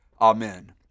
Amen